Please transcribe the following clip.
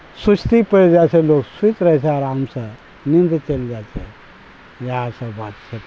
सुस्ती पड़ि जाए छै लोक सुति रहै छै आरामसँ नीन्द चलि जाए छै इएहसब बात छै